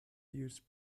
use